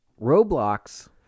Roblox